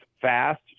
fast